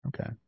Okay